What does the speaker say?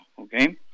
okay